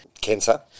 cancer